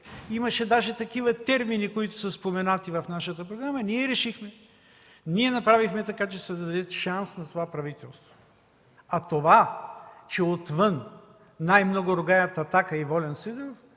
имаше даже такива термини, които се споменават в нашата програма, ние решихме, ние направихме така, че да се даде шанс на това правителство. А това, че отвън най-много ругаят „Атака“ и Волен Сидеров,